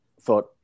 thought